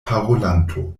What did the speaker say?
parolanto